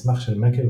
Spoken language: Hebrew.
המסמך של מקלרוי